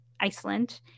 Iceland